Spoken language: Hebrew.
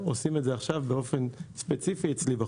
אצלי בחוף באופן ספציפי.